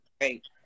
great